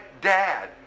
dad